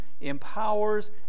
empowers